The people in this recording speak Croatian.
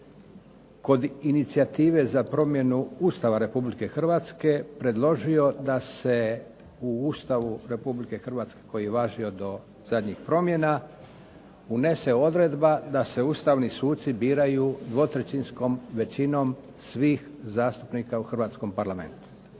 kod inicijative za promjenu Ustava Republike Hrvatske predložio da se u Ustavu Republike Hrvatske koji je važio do zadnjih promjena unese odredba da se ustavni suci biraju dvotrećinskom većinom svih zastupnika u hrvatskom Parlamentu.